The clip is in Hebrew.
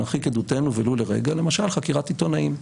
נרחיק עדותנו ולו לרגע, למשל חקירת עיתונאים,